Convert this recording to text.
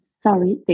sorry